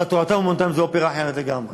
אבל תורתם-אומנותם, זה אופרה אחרת לגמרי.